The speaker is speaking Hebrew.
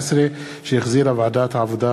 2014, שהחזירה ועדת הכלכלה.